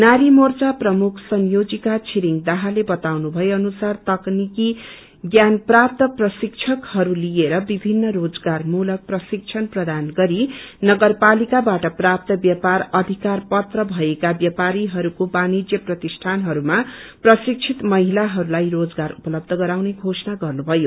नारी मोर्चा प्रमुख संयोजिका छिरिङ दाहालले बताउनु भए अनुसार तकनीकि ज्ञानप्राप्त प्रशिक्षकहरू लिएर विभिन्न रोजगारमूलक प्रशिक्षण प्रदान गरी नगरपालिक्वबाट प्राप्त व्यापार अधिकार पत्र भएको व्यापारीहरूको वाभिन्य प्रतिष्ठााहरूमा प्रशिकित महिलाहरूलाई रोजगार उपलब्ध गराउने धोषणा गर्नुभयो